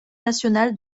nationales